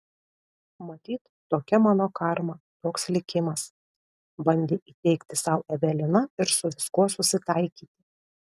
matyt tokia mano karma toks likimas bandė įteigti sau evelina ir su viskuo susitaikyti